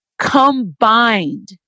combined